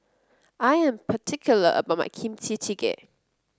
I am particular about my Kimchi Jjigae